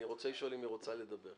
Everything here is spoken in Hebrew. אני רוצה לשאול אם היא רוצה לדבר.